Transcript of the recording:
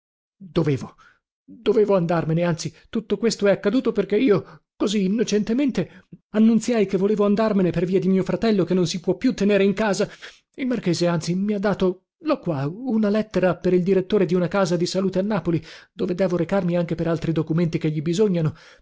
dovevo dovevo andarmene anzi tutto questo è accaduto perché io così innocentemente annunziai che volevo andarmene per via di mio fratello che non si può più tenere in casa il marchese anzi mi ha dato lho qua una lettera per il direttore di una casa di salute a napoli dove devo recarmi anche per altri documenti che gli bisognano